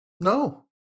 No